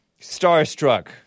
starstruck